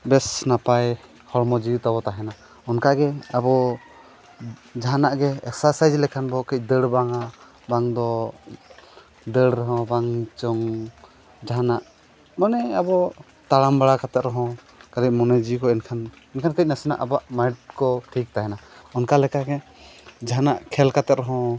ᱵᱮᱥ ᱱᱟᱯᱟᱭ ᱦᱚᱲᱢᱚ ᱡᱤᱣᱤ ᱛᱟᱵᱚᱱ ᱛᱟᱦᱮᱱᱟ ᱚᱱᱠᱟᱜᱮ ᱟᱵᱚ ᱡᱟᱦᱟᱱᱟᱜ ᱜᱮ ᱮᱠᱥᱟᱨᱥᱟᱭᱤᱡᱽ ᱞᱮᱠᱷᱟᱱ ᱵᱚᱱ ᱠᱟᱹᱡ ᱫᱟᱹᱲ ᱵᱟᱝᱟ ᱵᱟᱝᱫᱚ ᱫᱟᱹᱲ ᱨᱮᱦᱚᱸ ᱵᱟᱝ ᱪᱚᱝ ᱡᱟᱦᱟᱱᱟᱜ ᱢᱟᱱᱮ ᱟᱵᱚ ᱛᱟᱲᱟᱢ ᱵᱟᱲᱟ ᱠᱟᱛᱮᱫ ᱨᱮᱦᱚᱸ ᱠᱟᱹᱴᱤᱡ ᱢᱚᱱᱮ ᱡᱤᱣᱤ ᱠᱚ ᱮᱱᱠᱷᱟᱱ ᱮᱱᱠᱷᱟᱱ ᱠᱟᱹᱡ ᱱᱟᱥᱮᱱᱟᱜ ᱟᱵᱚᱣᱟᱜ ᱢᱟᱭᱤᱱᱰ ᱠᱚ ᱴᱷᱤᱠ ᱛᱟᱦᱮᱱᱟ ᱚᱱᱠᱟ ᱞᱮᱠᱟᱜᱮ ᱡᱟᱦᱟᱱᱟᱜ ᱠᱷᱮᱞ ᱠᱟᱛᱮ ᱨᱮᱦᱚᱸ